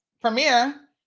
premier